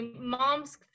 mom's